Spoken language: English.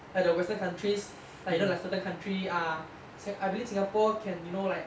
like the western countries like you know like certain country err I believe singapore can you know like